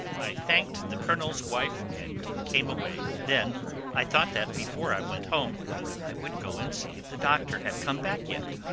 i thanked the colonel's wife and came away. then i thought that before i went home i would go and see if the doctor had come back yet.